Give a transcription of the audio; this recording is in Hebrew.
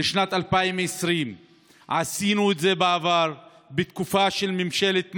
לשנת 2020. עשינו את זה בעבר בתקופה של ממשלת מעבר,